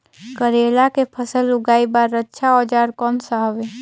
करेला के फसल उगाई बार अच्छा औजार कोन सा हवे?